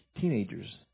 teenagers